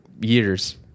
years